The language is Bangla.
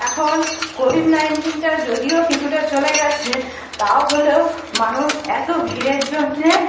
এখন কোভিড নাইনটিনটা যদিও কিছুটা চলে গেছে তাহলেও মানুষ এতো ভিড়ের জন্যে